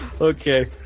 Okay